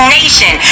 nation